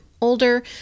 older